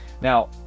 Now